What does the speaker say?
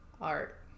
art